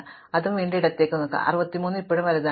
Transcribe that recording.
അതിനാൽ ഞാൻ അത് വീണ്ടും ഇടത്തേക്ക് നീക്കും 63 ഇപ്പോഴും വലുതാണ്